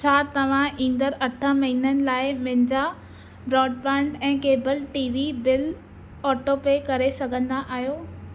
छा तव्हां ईंदड़ु अठ महिननि लाइ मुंहिंजा ब्रॉडबैंड ऐं केबल टीवी बिल ऑटोपे करे सघंदा आहियो